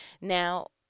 now